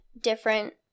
different